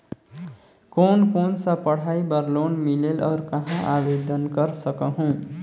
कोन कोन सा पढ़ाई बर लोन मिलेल और कहाँ आवेदन कर सकहुं?